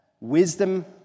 wisdom